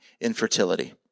infertility